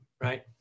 Right